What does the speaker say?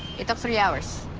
it took three hours.